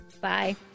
Bye